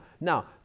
now